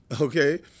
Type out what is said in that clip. Okay